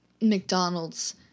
McDonald's